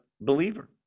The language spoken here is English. believer